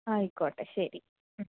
ആയിക്കോട്ടെ ശരി